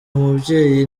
mubyeyi